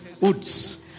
woods